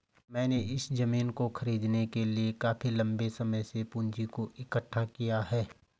मैंने इस जमीन को खरीदने के लिए काफी लंबे समय से पूंजी को इकठ्ठा किया है